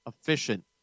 efficient